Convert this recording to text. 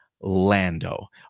lando